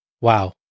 Wow